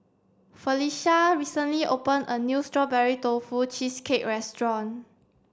Felisha recently opened a new strawberry tofu cheesecake restaurant